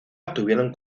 obtuvieron